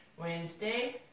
Wednesday